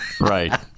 Right